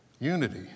unity